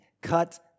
Cut